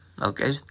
okay